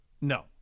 No